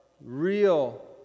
real